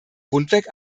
rundweg